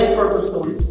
purposefully